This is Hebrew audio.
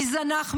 מי זנח,